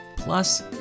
Plus